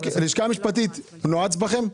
הלשכה המשפטית, הוא נועץ בכם?